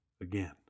again